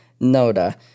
Noda